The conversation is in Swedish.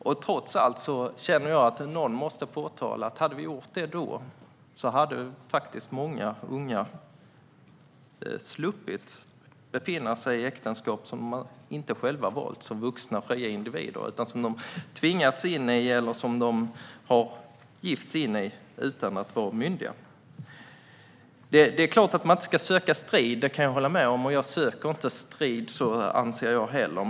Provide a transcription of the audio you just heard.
Jag känner trots allt att någon måste påpeka att om vi hade gjort det då hade många unga sluppit befinna sig i äktenskap som de inte själva valt som vuxna, fria individer utan tvingats eller gifts in i utan att vara myndiga. Det är klart att man inte ska söka strid; det kan jag hålla med om, och jag anser inte heller att jag gör det.